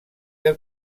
que